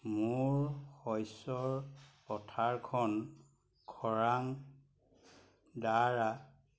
মোৰ শস্যৰ পথাৰখন খৰাঙৰদ্বাৰা